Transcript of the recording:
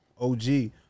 OG